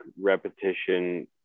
repetition